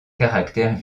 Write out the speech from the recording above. caractère